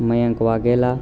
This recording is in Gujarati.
મયંક વાધેલા